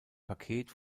paket